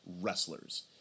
wrestlers